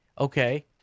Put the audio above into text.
okay